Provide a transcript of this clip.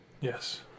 Yes